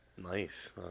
nice